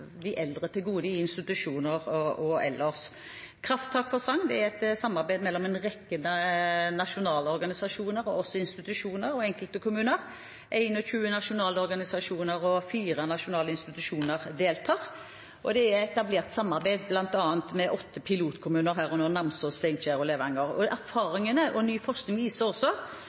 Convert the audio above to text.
i institusjoner og ellers, til gode. Krafttak for sang er et samarbeid mellom en rekke nasjonale organisasjoner, institusjoner og noen kommuner. 21 nasjonale organisasjoner og fire nasjonale institusjoner deltar. Det er etablert samarbeid bl.a. med åtte pilotkommuner, herunder Namsos, Steinkjer og Levanger. Erfaringene og ny forskning viser